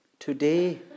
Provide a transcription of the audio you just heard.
Today